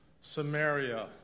Samaria